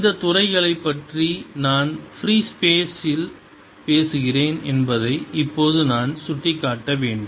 இந்த துறைகளைப் பற்றி நான் ஃப்ரீ ஸ்பேஸ் பேசுகிறேன் என்பதை இப்போது நான் சுட்டிக்காட்ட வேண்டும்